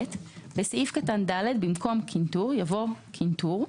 (ב)בסעיף קטן (ד), במקום "קנטור" יבוא "קנטור,